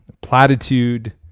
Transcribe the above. platitude